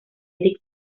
erik